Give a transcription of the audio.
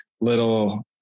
little